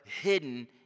hidden